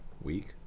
Week